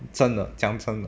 真的讲真的